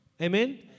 Amen